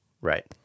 Right